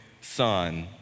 son